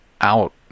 out